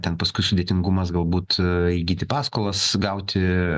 ten paskui sudėtingumas galbūt įgyti paskolas gauti